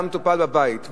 היה מטופל בבית,